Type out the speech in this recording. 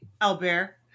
Albert